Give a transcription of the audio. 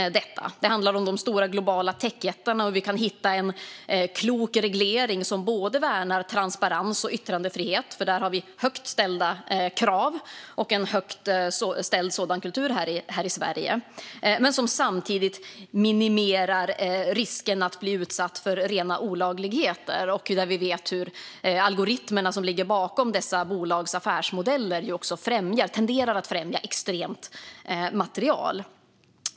Det handlar om de stora globala techjättarna, hur vi kan hitta en klok reglering som värnar transparens och yttrandefrihet - där finns högt ställda krav och en högt ställd kultur i Sverige - och samtidigt minimera riskerna för att bli utsatt för rena olagligheter. Vi vet hur algoritmerna som ligger bakom dessa bolags affärsmodeller tenderar att främja extremt material.